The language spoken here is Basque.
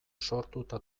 sortuta